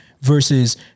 versus